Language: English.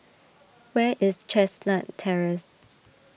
where is Chestnut Terrace